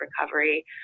recovery